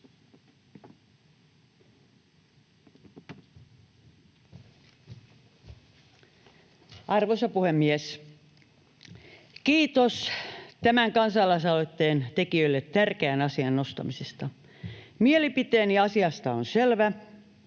Arvoisa puhemies! Kiitos tämän kansalaisaloitteen tekijöille tärkeän asian nostamisesta. Mielipiteeni asiasta on selvä